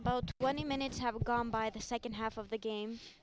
about twenty minutes have gone by the second half of the game